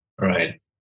Right